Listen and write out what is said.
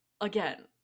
again